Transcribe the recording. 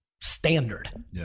standard